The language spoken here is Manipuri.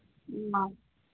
ꯑ